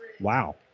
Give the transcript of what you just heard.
Wow